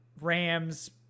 rams